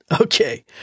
Okay